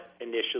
initially